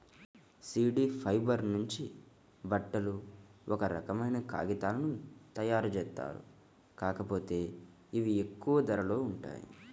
seed fibre నుంచి బట్టలు, ఒక రకమైన కాగితాలను తయ్యారుజేత్తారు, కాకపోతే ఇవి ఎక్కువ ధరలో ఉంటాయి